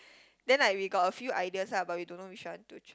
then like we got a few ideas lah but we don't know which one to ch~